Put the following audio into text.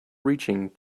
reaching